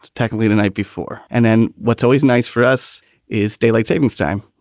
technically, the night before. and then what's always nice for us is daylight savings time.